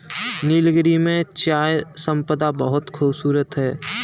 नीलगिरी में चाय संपदा बहुत ही खूबसूरत है